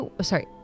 sorry